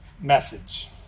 message